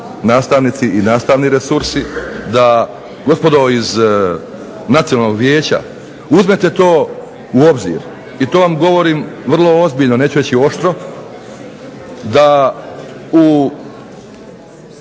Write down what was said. nastavnici i nastavni resursi da gospodo iz Nacionalnog vijeća uzmete to u obzir. I to vam govorim vrlo ozbiljno, neću reći oštro, da u